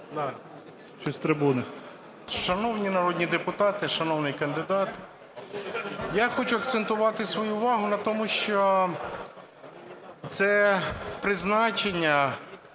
Шановні народні депутати! Шановний кандидат! Я хочу акцентувати свою увагу на тому, що це призначення